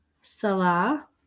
Salah